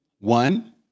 one